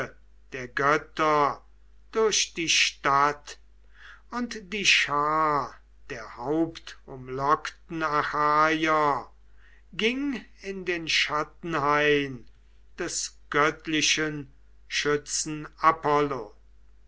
der götter durch die stadt und die schar der hauptumlockten achaier ging in den schattenhain des göttlichen schützen